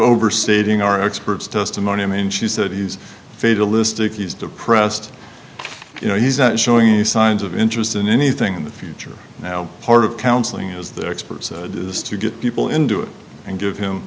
overstating our experts testimony i mean she said use fatalistic he's depressed you know he's not showing any signs of interest in anything in the future now part of counseling as the experts do this to get people into it and give